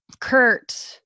Kurt